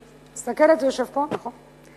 אני מסתכלת, הוא יושב פה, נכון?